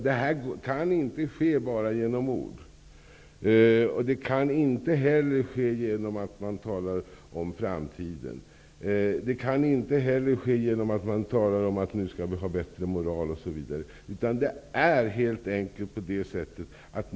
Det bedömer jag som mest angeläget, i det läge som vi nu står nu inför. Tilltron ökar inte bara genom att tala om framtiden eller att tala om att vi skall ha exempelvis en bättre moral.